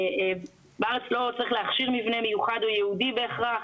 בארץ לא צריך להכשיר מבנה מיוחד וייעודי בהכרח,